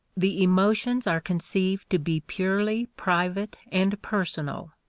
the emotions are conceived to be purely private and personal,